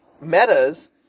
Meta's